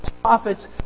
prophets